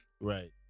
Right